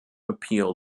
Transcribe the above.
appeal